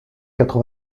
quatre